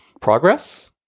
progress